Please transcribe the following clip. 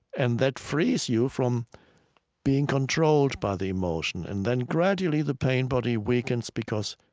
and that frees you from being controlled by the emotion. and then gradually the pain body weakens because